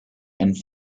and